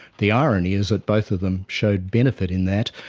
the irony is that both of them showed benefit in that.